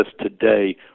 today